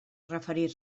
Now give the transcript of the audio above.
referir